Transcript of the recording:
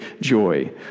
joy